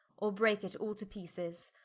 or breake it all to peeces.